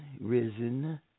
risen